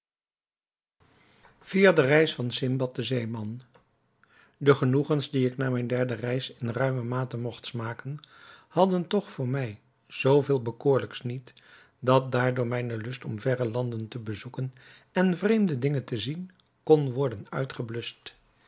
vierde reis van sindbad den zeeman de genoegens die ik na mijne derde reis in ruime mate mogt smaken hadden toch voor mij zoo veel bekoorlijks niet dat daardoor mijne lust om verre landen te bezoeken en vreemde dingen te zien kon worden uitgebluscht